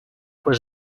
was